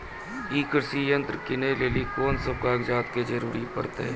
ई कृषि यंत्र किनै लेली लेल कून सब कागजात के जरूरी परतै?